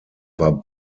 war